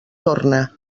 torna